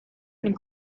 and